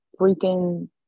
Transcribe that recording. freaking